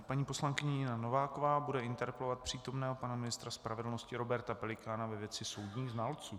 Paní poslankyně Nina Nováková bude interpelovat přítomného pana ministra spravedlnosti Roberta Pelikána ve věci soudních znalců.